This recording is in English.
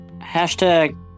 Hashtag